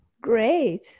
great